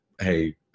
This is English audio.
Hey